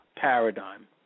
paradigm